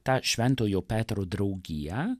ta šventojo petro draugija